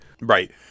Right